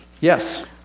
Yes